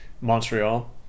montreal